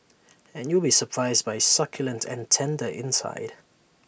and you'll be surprised by its succulent and tender inside